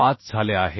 5 झाले आहे